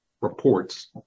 Reports